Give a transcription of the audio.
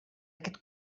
aquest